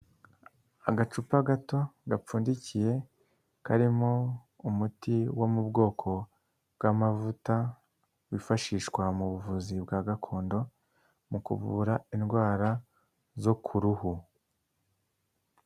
Agacupa gato gapfundikiye karimo umuti wo mu bwoko bw'amavuta wifashishwa mu buvuzi bwa gakondo, mu kuvura indwara zo ku ruhu.